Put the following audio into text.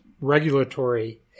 regulatory